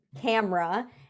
camera